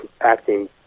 acting